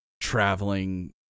traveling